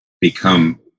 become